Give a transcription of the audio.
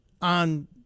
on